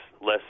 less